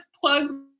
plug